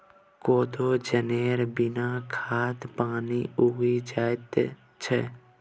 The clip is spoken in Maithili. कोदो जनेर बिना खाद पानिक उगि जाएत छै